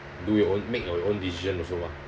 do your own make your own decision also ah